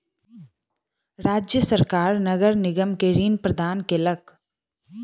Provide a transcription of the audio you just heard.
राज्य सरकार नगर निगम के ऋण प्रदान केलक